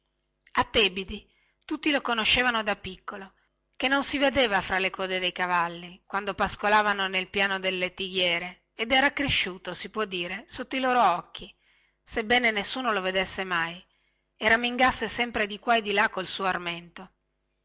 a tebidi tutti lo conoscevano da piccolo che non si vedeva fra le code dei cavalli quando pascolavano nel piano del lettighiere ed era cresciuto si può dire sotto i loro occhi sebbene nessuno lo vedesse mai e ramingasse sempre di qua e di là col suo armento